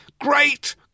great